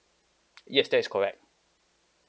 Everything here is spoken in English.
yes that is correct